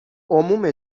عموم